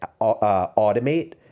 automate